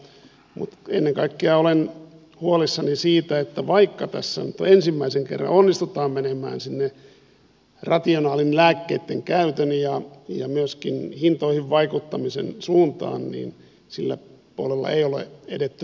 mutta ennen kaikkea olen huolissani siitä että vaikka tässä nyt ensimmäisen kerran onnistutaan menemään sinne rationaalisen lääkkeittenkäytön ja myöskin hintoihin vaikuttamisen suuntaan niin sillä puolella ei ole edetty riittävästi